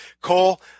Cole